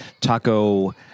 taco